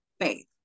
faith